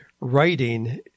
writing